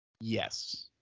Yes